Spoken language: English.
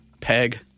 Peg